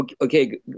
Okay